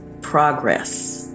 progress